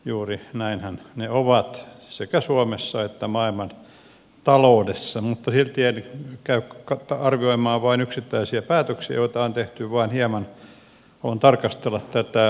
juuri näinhän ne ovat sekä suomessa että maailmantaloudessa mutta silti en käy arvioimaan vain yksittäisiä päätöksiä joita on tehty vaan hieman haluan tarkastella tätä kokonaisuutta